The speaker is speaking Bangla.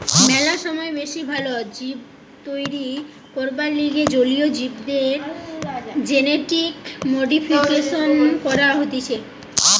ম্যালা সময় বেশি ভাল জীব তৈরী করবার লিগে জলীয় জীবদের জেনেটিক মডিফিকেশন করা হতিছে